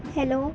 hello